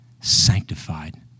sanctified